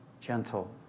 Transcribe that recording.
gentle